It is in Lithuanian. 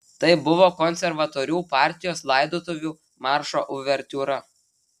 tai buvo konservatorių partijos laidotuvių maršo uvertiūra